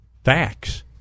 Facts